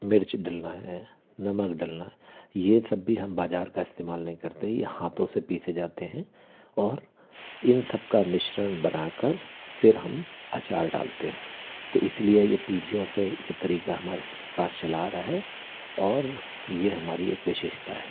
मिर्च डालना है नमक डालना ये सब भी हम बाज़ार का इस्तेमाल नहीं करते ये हाथों से पीसे जाते हैं और इन सब का मिश्रण बना कर फिर हम अचार डालते हैं तो इस लिए ये पीढ़ियों से ये तरीक़ा हमारे पास चला आ रहा है और ये हमारी एक विशेषता है